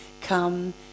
Come